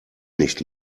nicht